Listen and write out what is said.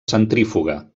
centrífuga